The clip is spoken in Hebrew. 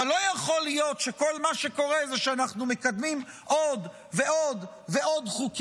אבל לא יכול להיות שכל מה שקורה הוא שאנחנו מקדמים עוד ועוד חוקים,